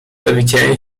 dowiedziałem